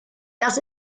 das